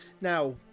now